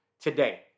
today